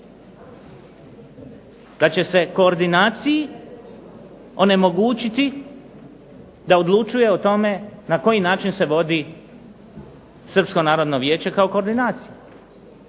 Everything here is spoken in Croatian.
Da će se koordinaciji onemogućiti da odlučuje o tome na koji način se vodi Srpsko narodno vijeće kao koordinacija,